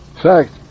fact